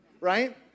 right